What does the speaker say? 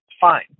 Fine